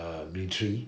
uh military